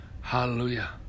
Hallelujah